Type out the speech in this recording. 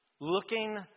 looking